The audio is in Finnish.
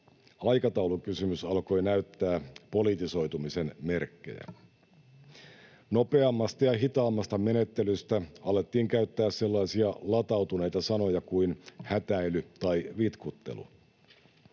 aikataulukysymys alkoi näyttää politisoitumisen merkkejä. Nopeammasta ja hitaammasta menettelystä alettiin käyttää sellaisia latautuneita sanoja kuin ”hätäily” tai ”vitkuttelu”.